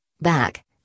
back